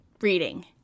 reading